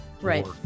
Right